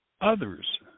others